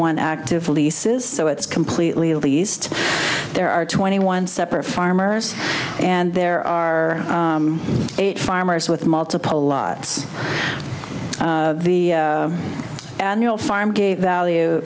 one active leases so it's completely at least there are twenty one separate farmers and there are eight farmers with multiple lots the annual farm gate value